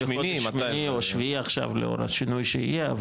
שמיני, או שביעי, עכשיו לאור השינוי שיהיה.